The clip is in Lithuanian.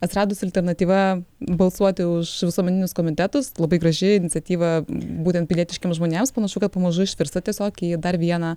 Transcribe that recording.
atsiradusi alternatyva balsuoti už visuomeninius komitetus labai graži iniciatyva būtent pilietiškiems žmonėms panašu kad pamažu išvirsta tiesiog į dar vieną